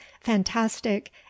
fantastic